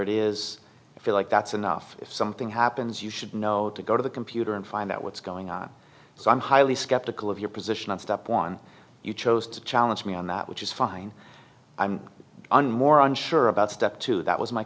it is i feel like that's enough if something happens you should know to go to the computer and find out what's going on so i'm highly skeptical of your position on step one you chose to challenge me on that which is fine i'm on more unsure about step two that was my